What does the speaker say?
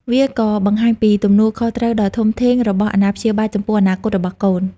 វាក៏បង្ហាញពីទំនួលខុសត្រូវដ៏ធំធេងរបស់អាណាព្យាបាលចំពោះអនាគតរបស់កូន។